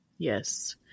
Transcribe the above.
Yes